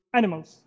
animals